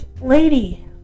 lady